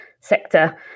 sector